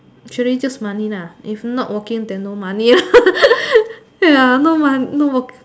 actually just money lah if not working then no money ya no mon~ no work